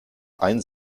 ein